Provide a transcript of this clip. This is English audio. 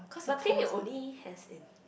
but Play Made only has in